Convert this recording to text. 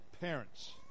parents